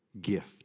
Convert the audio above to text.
gift